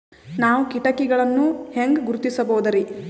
ನಾವು ಕೀಟಗಳನ್ನು ಹೆಂಗ ಗುರುತಿಸಬೋದರಿ?